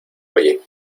oye